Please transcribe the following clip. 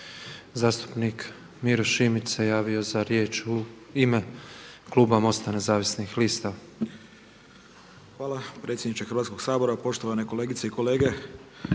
Hvala predsjedniče Hrvatskog sabora, poštovane kolegice i kolege